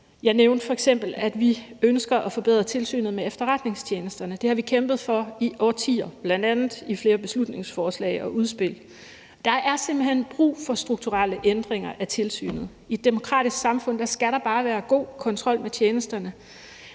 Jeg nævnte f.eks., at vi ønsker at forbedre Tilsynet med Efterretningstjenesterne. Det har vi kæmpet for i årtier, bl.a. i flere beslutningsforslag og udspil. Der er simpelt hen brug for strukturelle ændringer af tilsynet. I et demokratisk samfund skal der bare være god kontrol med tjenesterne,